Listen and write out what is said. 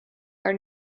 are